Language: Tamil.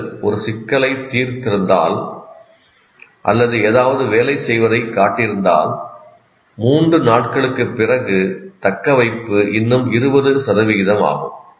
நீங்கள் ஒரு சிக்கலைத் தீர்த்திருந்தால் அல்லது ஏதாவது வேலை செய்வதைக் காட்டியிருந்தால் 3 நாட்களுக்குப் பிறகு தக்கவைப்பு இன்னும் 20 ஆகும்